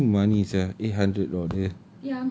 ya that's still money sia eight hundred dollars